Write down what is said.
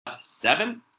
seven